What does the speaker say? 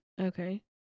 Okay